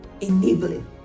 enabling